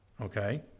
Okay